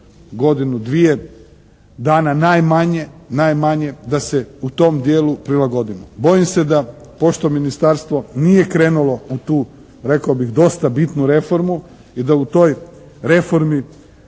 godinu, dvije dana najmanje, najmanje da se u tom dijelu prilagodimo. Bojim se da pošto Ministarstvo nije krenulo u tu rekao bih dosta bitnu reformu i da u toj reformi